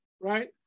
Right